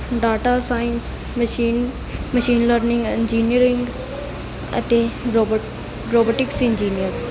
data science machine machine learning engineering ਅਤੇ ਰੋਬਰ robotics engineer